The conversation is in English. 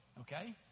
Okay